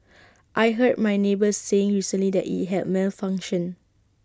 I heard my neighbour saying recently that IT had malfunctioned